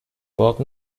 باغ